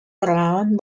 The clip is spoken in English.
around